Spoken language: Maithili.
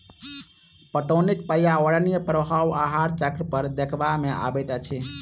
पटौनीक पर्यावरणीय प्रभाव आहार चक्र पर देखबा मे अबैत अछि